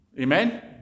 Amen